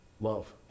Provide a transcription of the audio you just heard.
love